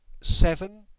seven